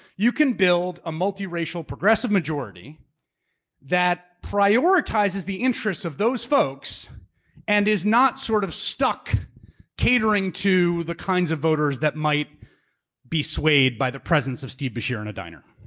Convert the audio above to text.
you can build a multiracial progressive majority that prioritizes the interests of those folks and is not sort of stuck catering to the kinds of voters that might be swayed by the presence of steve beshear in a diner.